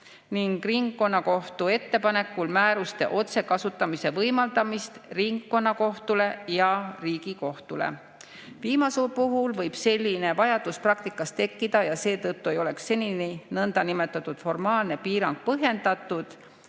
ning ringkonnakohtu ettepanekul määruste otsekasutamise võimaldamist ringkonnakohtule ja Riigikohtule. Viimase puhul võib selline vajadus praktikas tekkida ja seetõttu ei oleks senine nõndanimetatud formaalne piirang põhjendatud,